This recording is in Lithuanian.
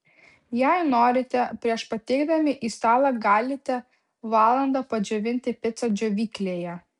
jei norite prieš pateikdami į stalą galite valandą padžiovinti picą džiovyklėje